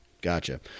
Gotcha